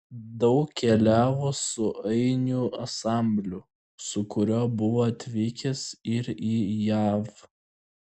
daug keliavo su ainių ansambliu su kuriuo buvo atvykęs ir į jav